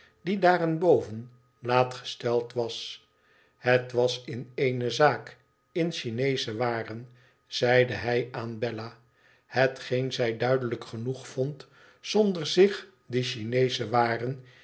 die daarenboven laat gesteld was hij was in eene zaak in chineesche waren zeide hij aan bella hetgeen zij duidelijk genoeg vond zonder zich die chineesche waren